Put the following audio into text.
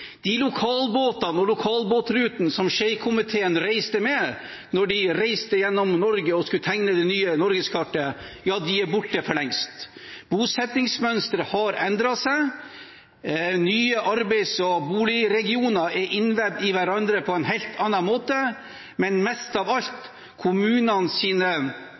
De lokalbåtene og lokalbåtrutene som Schei-komiteen reiste med da de reiste gjennom Norge og skulle tegne det nye norgeskartet, er borte for lengst. Bosettingsmønsteret har endret seg, nye arbeids- og boligregioner er innvevd i hverandre på en helt annen måte, men mest av alt